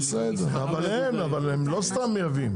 אבל אין, הם לא סתם מייבאים.